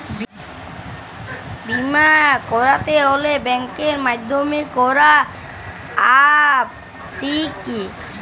বিমা করাতে হলে ব্যাঙ্কের মাধ্যমে করা আবশ্যিক কি?